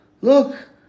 look